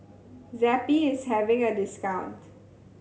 zappy is having a discount